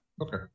Okay